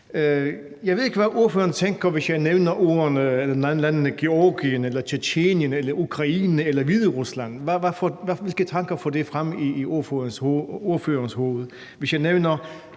Jeg ved ikke, hvad ordføreren tænker, hvis jeg nævner landene Georgien eller Tjetjenien eller Ukraine eller Hviderusland – hvilke tanker får det frem i ordførerens hoved?